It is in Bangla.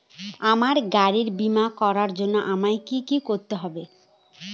আমার গাড়ির বীমা করার জন্য আমায় কি কী করতে হবে?